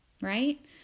Right